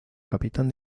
capitán